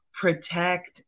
protect